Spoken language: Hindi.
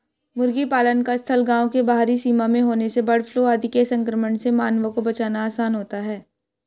मुर्गी पालन का स्थल गाँव के बाहरी सीमा में होने से बर्डफ्लू आदि के संक्रमण से मानवों को बचाना आसान होता है